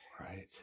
Right